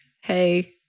hey